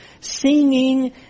singing